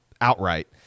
outright